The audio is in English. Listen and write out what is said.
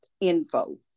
Info